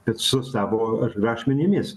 bet su savo rašmenimis